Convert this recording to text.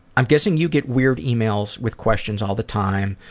i'm guessing you get weird ah e-mails with questions all the time,